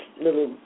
little